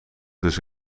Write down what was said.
dus